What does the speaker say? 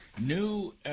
New